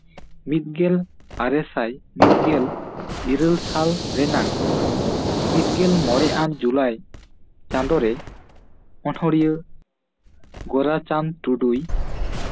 ᱢᱤᱫᱜᱮᱞ ᱟᱨᱮ ᱥᱟᱭ ᱢᱤᱫ ᱜᱮᱞ ᱤᱨᱟᱹᱞ ᱥᱟᱞ ᱨᱮᱱᱟᱝ ᱢᱤᱫ ᱜᱮᱞ ᱢᱚᱬᱮᱼᱟᱱ ᱡᱩᱞᱟᱭ ᱪᱟᱸᱫᱳᱨᱮ ᱚᱱᱚᱲᱦᱤᱭᱟᱹ ᱜᱳᱨᱟ ᱪᱟᱸᱫᱽ ᱴᱩᱰᱩᱭ